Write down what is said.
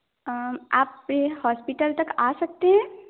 आप ये हॉस्पिटल तक आ सकतें हैं